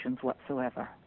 whatsoever